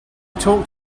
talk